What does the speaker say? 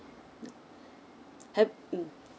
now ha~ mm